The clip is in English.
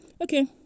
okay